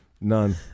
None